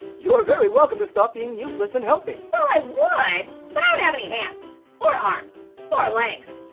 you are very welcome to stop being useless and help me. well, i would but i don't have any hands or arms or legs.